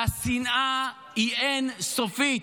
והשנאה היא אין סופית,